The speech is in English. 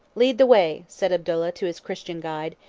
lead the way, said abdallah to his christian guide,